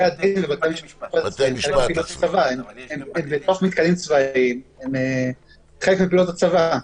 הם בתוך מתקנים צבאיים, הם חלק מפעילות הצבא.